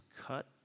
cut